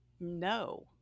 No